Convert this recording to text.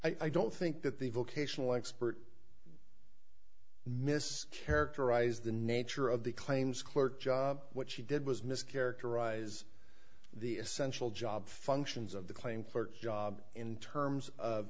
testified i don't think that the vocational expert miss characterize the nature of the claims court what she did was mis characterize the essential job functions of the claim for job in terms of